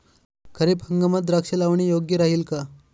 खरीप हंगामात द्राक्षे लावणे योग्य राहिल का?